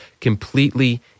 completely